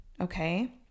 okay